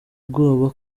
ubwoba